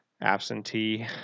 absentee